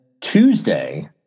Tuesday